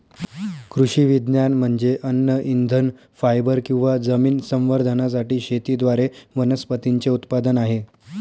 कृषी विज्ञान म्हणजे अन्न इंधन फायबर किंवा जमीन संवर्धनासाठी शेतीद्वारे वनस्पतींचे उत्पादन आहे